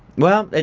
well, and